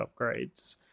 upgrades